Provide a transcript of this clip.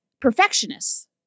perfectionists